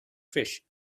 fish